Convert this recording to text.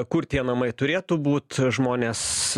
kur tie namai turėtų būt žmonės